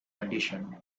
condition